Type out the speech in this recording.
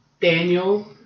Daniel